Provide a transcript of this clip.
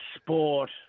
sport